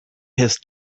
his